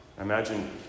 Imagine